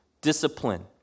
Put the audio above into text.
discipline